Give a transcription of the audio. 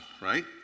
right